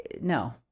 no